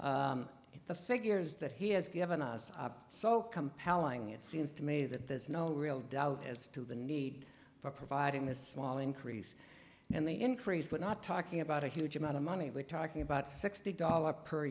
sir the figures that he has given us are so compelling it seems to me that there's no real doubt as to the need for providing this small increase in the increase but not talking about a huge amount of money we're talking about sixty dollars per